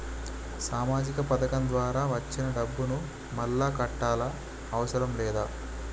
సామాజిక పథకం ద్వారా వచ్చిన డబ్బును మళ్ళా కట్టాలా అవసరం లేదా?